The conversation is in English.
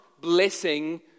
blessing